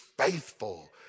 faithful